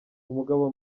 umugabo